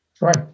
Right